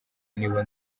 nibo